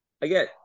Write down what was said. again